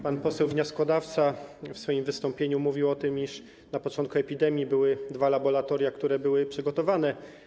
Pan poseł wnioskodawca w swoim wystąpieniu mówił o tym, iż na początku epidemii były dwa laboratoria, które były przygotowane.